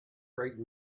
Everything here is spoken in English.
bright